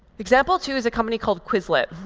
example two is a company called quizlet.